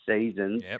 seasons